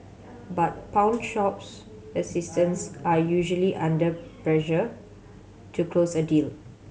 but pawnshops assistance are usually under pressure to close a deal